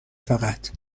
فقط